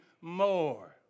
more